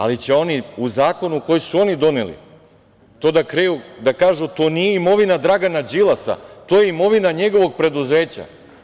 Ali će oni u zakonu koji su sami doneli da kažu da to nije imovina Dragana Đilasa, da je to imovina njegovog preduzeća.